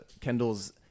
Kendall's